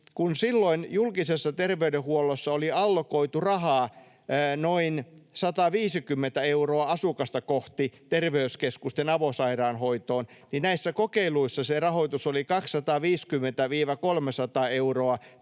kun silloin julkisessa terveydenhuollossa oli allokoitu rahaa noin 150 euroa asukasta kohti terveyskeskusten avosairaanhoitoon, niin näissä kokeiluissa se rahoitus oli 250—300 euroa